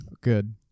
good